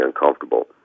uncomfortable